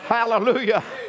Hallelujah